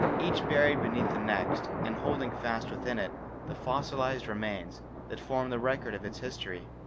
each buried beneath the next and holding fast within it the fossilized remains that form the record of its history.